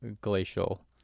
glacial